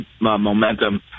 momentum